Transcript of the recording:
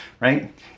right